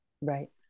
right